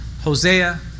Hosea